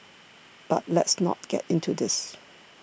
but let's not get into this